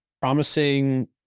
promising